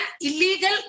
illegal